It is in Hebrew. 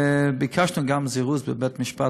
ביקשנו גם זירוז בבית-משפט,